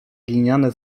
gliniane